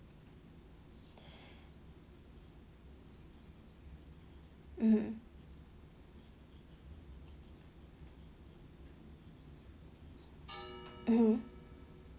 mmhmm mmhmm